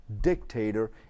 dictator